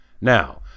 Now